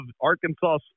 Arkansas